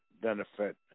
Benefit